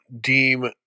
deem